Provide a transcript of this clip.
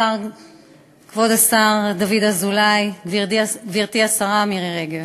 כבוד השר דוד אזולאי, גברתי השרה מירי רגב,